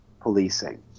policing